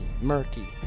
Murky